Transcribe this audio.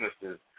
businesses